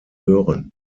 hören